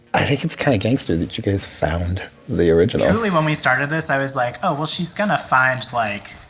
i think it's kind of gangster that you guys found the original truly, when we started this, i was like, oh, well, she's going to find, like,